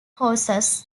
courses